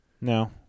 no